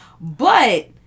But-